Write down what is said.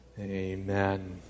Amen